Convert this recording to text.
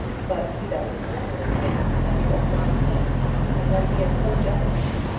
but he doesn't meddle in things that he doesn't understand. and then he is so generous!